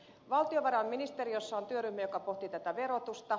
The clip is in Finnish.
valtiovarainministeriössä on työryhmä joka pohtii verotusta